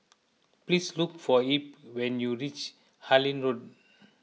please look for Ebb when you reach Harlyn Road